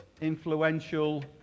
influential